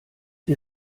die